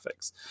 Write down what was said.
graphics